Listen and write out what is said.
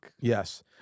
Yes